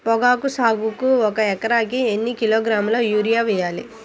పొగాకు సాగుకు ఒక ఎకరానికి ఎన్ని కిలోగ్రాముల యూరియా వేయాలి?